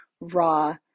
raw